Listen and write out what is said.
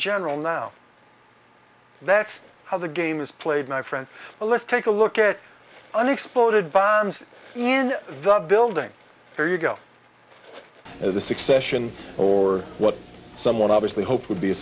general now that's how the game is played my friend well let's take a look at unexploded bombs and the building where you go the succession or what someone obviously hoped would be a